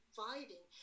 fighting